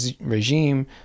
regime